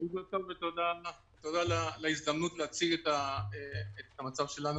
בוקר טוב ותודה על ההזדמנות להציג את המצב שלנו.